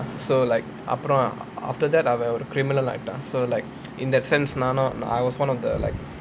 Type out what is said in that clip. so like அப்புறம்:appuram after that அவன் ஒரு:avan oru criminal ஆயிட்டான்:ayittan so like in that sense நானும்:naanum I was one of the like